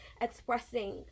expressing